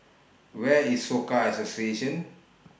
Where IS Soka Association